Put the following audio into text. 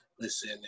listen